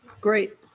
Great